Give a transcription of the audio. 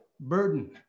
burden